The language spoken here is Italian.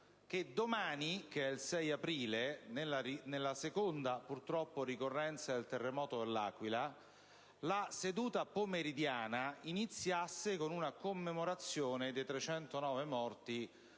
che domani, 6 aprile, nella seconda ricorrenza del terremoto dell'Aquila, la seduta pomeridiana iniziasse con una commemorazione dei 309 morti